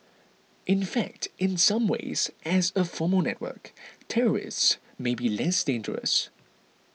in fact in some ways as a formal network terrorists may be less dangerous